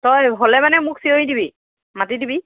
তই হ'লে মানে মোক চিঞৰি দিবি মাতি দিবি